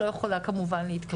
לא יכולה כמובן להתקשר.